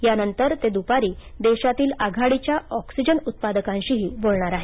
यानंतर ते दुपारी देशातील आघाडीच्या ऑक्सिजन उत्पादकांशीही बोलणार आहेत